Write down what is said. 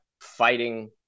fighting